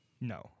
No